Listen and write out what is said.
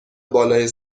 بالای